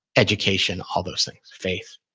education, all those things. faith.